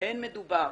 אין מדובר